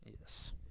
Yes